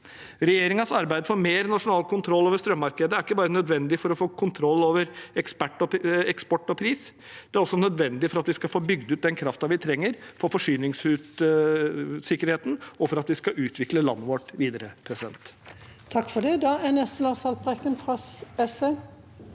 Regjeringens arbeid for mer nasjonal kontroll over strømmarkedet er ikke bare nødvendig for å få kontroll over eksport og pris. Det er også nødvendig for at vi skal få bygd ut den kraften vi trenger, for forsyningssikkerheten og for at vi skal utvikle landet vårt videre. Lars Haltbrekken (SV)